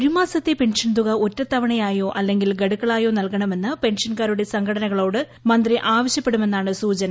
ഒരുമാസത്തെ പെൻഷൻ തുക ഒറ്റത്തവണയായോ അല്ലെങ്കിൽ ഗഡുക്കളായോ നൽകണമെന്ന് പെൻഷൻക്കാരുടെ സംഘടനകളോട് മന്ത്രി ആവശ്യപ്പെടുമെന്നാണ് സൂചന